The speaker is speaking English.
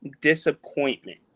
disappointment